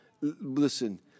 Listen